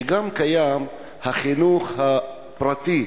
שגם קיים החינוך הפרטי,